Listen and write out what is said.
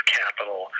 capital